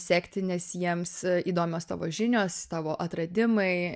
sekti nes jiems įdomios tavo žinios tavo atradimai